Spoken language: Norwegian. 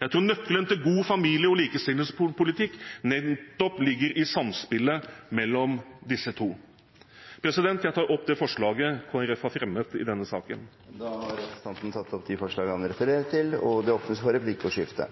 Jeg tror nøkkelen til god familie- og likestillingspolitikk nettopp ligger i samspillet mellom disse to. Jeg tar opp det forslaget Kristelig Folkeparti har fremmet i denne saken. Representanten Geir Jørgen Bekkevold har tatt opp det forslaget han refererte til. Det blir replikkordskifte.